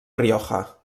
rioja